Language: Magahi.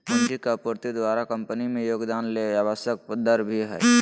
पूंजी के आपूर्ति द्वारा कंपनी में योगदान ले आवश्यक दर भी हइ